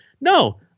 no